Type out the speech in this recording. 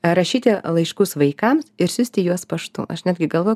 rašyti laiškus vaikams išsiųsti juos paštu aš netgi galvoju